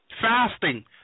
Fasting